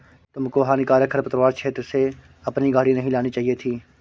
तुमको हानिकारक खरपतवार क्षेत्र से अपनी गाड़ी नहीं लानी चाहिए थी